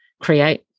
create